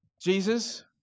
Jesus